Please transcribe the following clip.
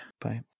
bye